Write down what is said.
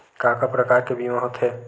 का का प्रकार के बीमा होथे?